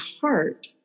heart